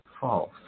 false